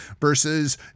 versus